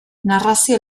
narrazio